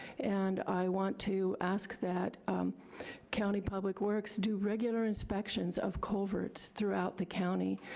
and i want to ask that county public works do regular inspections of culverts throughout the county.